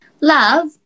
love